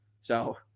So-